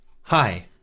Hi